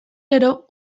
gero